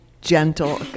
gentle